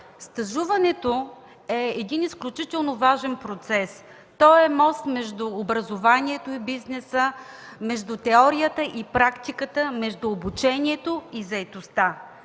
Стажуването е един изключително важен процес. Той е мост между образованието и бизнеса, между теорията и практиката, между обучението и заетостта.